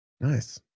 nice